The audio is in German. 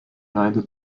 leide